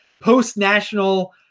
post-national